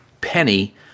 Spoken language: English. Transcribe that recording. Penny